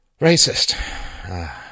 racist